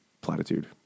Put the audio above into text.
platitude